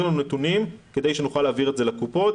לנו נתונים כדי שנוכל להעביר את זה לקופות.